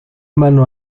mano